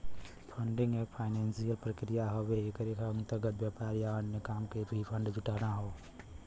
funding एक financial प्रक्रिया हउवे एकरे अंतर्गत व्यापार या अन्य काम क लिए फण्ड जुटाना हौ